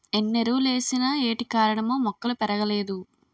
ఎన్నెరువులేసిన ఏటికారణమో మొక్కలు పెరగలేదు